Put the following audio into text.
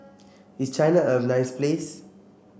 is China a nice place